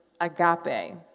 agape